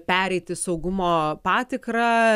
pereiti saugumo patikrą